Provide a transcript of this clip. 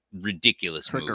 ridiculous